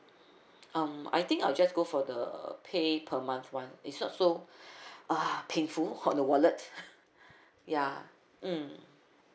um I think I'll just go for the pay per month one if not so uh painful on the wallet ya mm